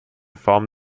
form